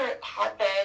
hotbed